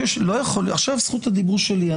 עכשיו זכות הדיבור שלי.